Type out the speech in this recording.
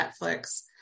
Netflix